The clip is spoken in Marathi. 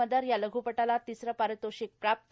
मदर या लघ्पटाला तिसरं पारितोषिक प्राप्त